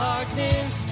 Darkness